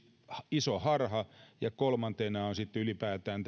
iso harha ja kolmantena on sitten ylipäätään